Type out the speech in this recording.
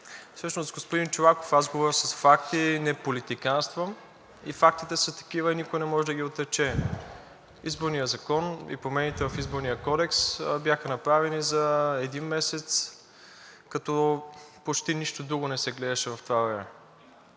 Всъщност, господин Чолаков, аз говоря с факти, не политиканствам фактите са такива и никой не може да ги отрече. Изборният закон и промените в Изборния кодекс бяха направени за един месец, като почти нищо друго не се гледаше в това време